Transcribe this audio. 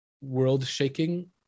world-shaking